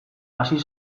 hasi